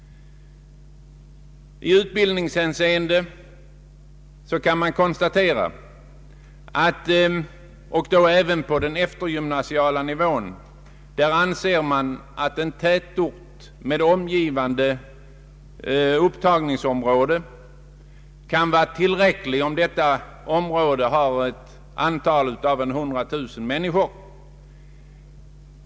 I utbildningshänseende — även på eftergymnasial nivå — anser man att en tätort med omgivande upptagningsområde kan vara tillräcklig, om hela området omfattar cirka 100 000 människor.